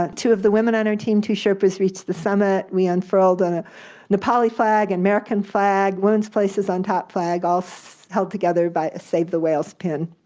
ah two of the women on our team, two sherpas reached the summit. we unfurled and a nepali flag, and american flag, women's place is on top flag, all held together by a save the whales pin.